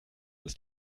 ist